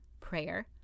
Prayer